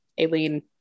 Aileen